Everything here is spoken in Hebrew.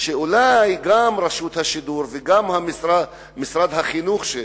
שאולי גם רשות השידור וגם משרד החינוך,